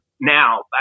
now